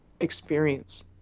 experience